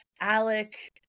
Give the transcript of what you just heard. alec